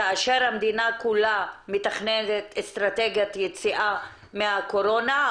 כאשר המדינה כולה מתכננת אסטרטגיית יציאה מהקורונה.